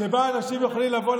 שבה אנשים יכולים לבוא,